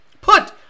put